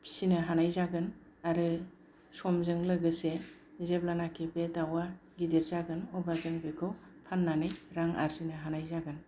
फिसिनो हानाय जागोन आरो समजों लोगोसे जेब्लानोखि बे दाउआ गिदिर जागोन अब्ला जों बेखौ फाननानै रां आरजिनो हानाय जागोन